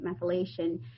Methylation